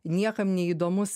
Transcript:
niekam neįdomus